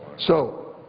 so,